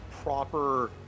proper